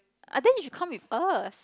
I think she comes with us